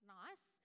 nice